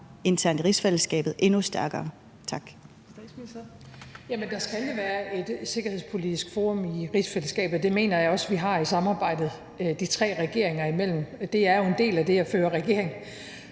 Statsministeren (Mette Frederiksen): Jamen der skal jo være et sikkerhedspolitisk forum i rigsfællesskabet, og det mener jeg også vi har i samarbejdet de tre regeringer imellem. Det er jo en del af det at føre regering;